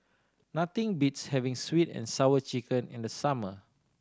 nothing beats having Sweet And Sour Chicken in the summer